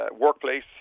workplace